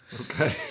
Okay